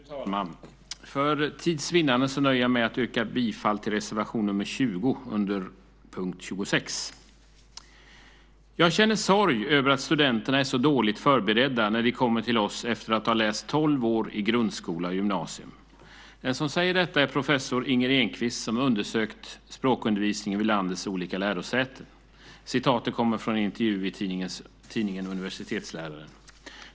Fru talman! För tids vinnande nöjer jag mig med att yrka bifall till reservation nr 20 under punkt 26. "Jag känner sorg över att studenterna är så dåligt förberedda när de kommer till oss efter att ha läst tolv år i grundskola och gymnasium." Den som säger detta är professor Inger Enkvist, som undersökt språkundervisningen vid landets olika lärosäten. Citatet kommer från en intervju i tidningen Universitetsläraren.